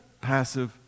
passive